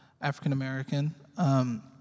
African-American